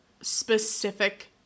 specific